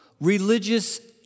religious